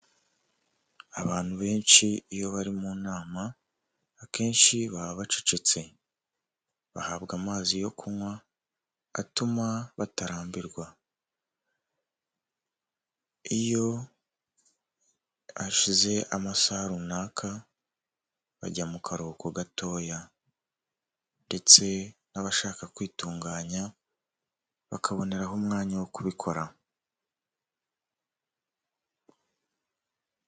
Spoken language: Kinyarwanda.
Abantu benshi iyo bari mu nama, akenshi baba bacecetse, bahabwa amazi yo kunywa atuma batarambirwa. Iyo hashize amasaha runaka, bajya mu karuhuko gatoya ndetse n'abashaka kwitunganya bakaboneraho umwanya wo kubikora.